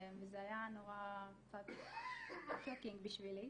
וזה היה קצת שוקינג בשבילי.